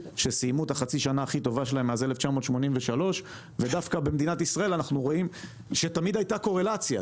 שסיימו את החצי שנה הכי טובה שלהם מאז 1983. דווקא במדינת ישראל שבה תמיד הייתה קורלציה,